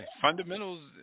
fundamentals